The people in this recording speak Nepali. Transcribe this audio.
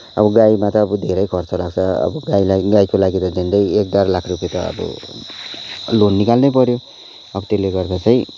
अब गाईमा त धेरै खर्च लाग्छ अब गाईलाई गाईको लागि त झन्डै एक डेढ लाख रुपियाँ त अब लोन निकाल्नै पऱ्यो अब त्यसले गर्दा चाहिँ